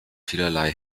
vielerlei